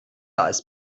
als